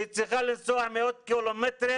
שצריכה לנסוע מאות קילומטרים.